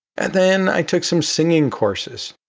and then i took some singing courses,